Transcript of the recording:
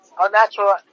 unnatural